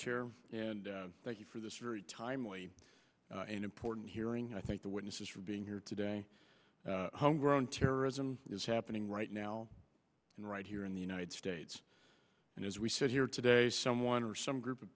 chair and thank you for this very timely and important hearing and i thank the witnesses for being here today homegrown terrorism is happening right now and right here in the united states and as we said here today someone or some group of